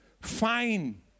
fine